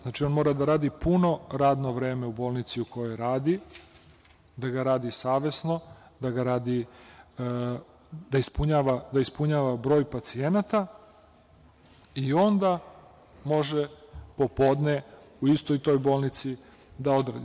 Znači, on mora da radi puno radno vreme u bolnici u kojoj radi, da ga radi savesno, da ispunjava broj pacijenata, i onda može popodne u istoj toj bolnici da odradi.